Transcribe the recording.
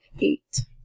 Eight